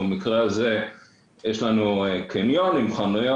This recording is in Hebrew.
בדוגמה שלפניכם יש לנו קניון עם חנויות,